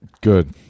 Good